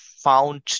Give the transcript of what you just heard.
found